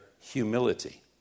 humility